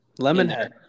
Lemonhead